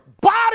body